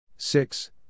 Six